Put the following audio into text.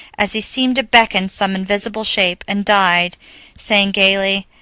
as he seemed to beckon some invisible shape, and died saying gaily,